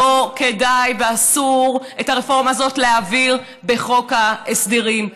לא כדאי ואסור להעביר את הרפורמה הזאת בחוק ההסדרים.